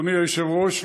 אדוני היושב-ראש,